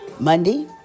Monday